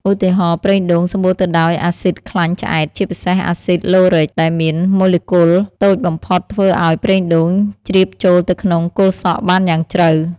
ឧទាហរណ៍ ប្រេងដូង សម្បូរទៅដោយអាស៊ីដខ្លាញ់ឆ្អែត ជាពិសេស អាស៊ីដ ឡូរិក (Lauric) ដែលមានម៉ូលេគុលតូចបំផុតធ្វើឲ្យប្រេងដូងជ្រាបចូលទៅក្នុងគល់សក់បានយ៉ាងជ្រៅ។